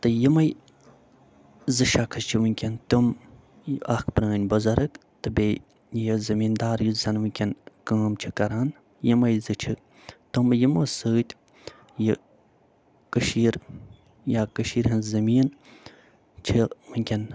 تہٕ یِمَے زٕ شخص چھِ وٕنکٮ۪ن تٕم اکھ پٔرٲنۍ بٕزرگ تہٕ بیٚیہِ یُس زٔمیٖن دار یُس زن وٕنکٮ۪ن کٲم چھِ کَران یِمَے زٕ چھِ تٕمہٕ یِمو سۭتۍ یہِ کٔشیٖر یا کٔشیٖرِ ہٕنٛز زٔمیٖن چھٕ وٕنکٮ۪ن